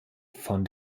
von